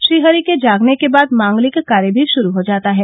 श्री हरि के जागने के बाद मांगलिक कार्य भी शुरू हो जाता है